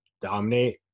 dominate